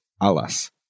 ALAS